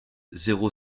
zéro